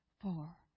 four